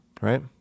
Right